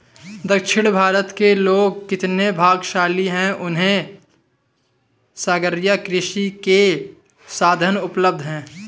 दक्षिण भारत के लोग कितने भाग्यशाली हैं, उन्हें सागरीय कृषि के साधन उपलब्ध हैं